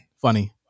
Funny